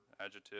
adjective